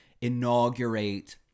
inaugurate